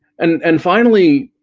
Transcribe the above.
and and finally